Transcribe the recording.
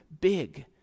big